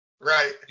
Right